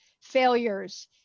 failures